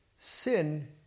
Sin